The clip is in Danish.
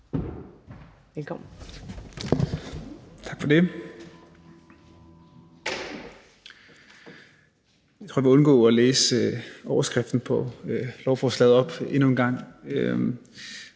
Brandenborg (S): Jeg tror, jeg vil undgå at læse overskriften på lovforslaget op endnu en gang